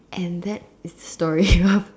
and that is the story of